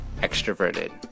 extroverted